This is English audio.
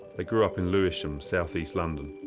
they grew up in lewisham, south-east london,